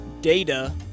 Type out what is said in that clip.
data